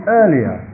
earlier